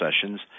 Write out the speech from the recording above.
sessions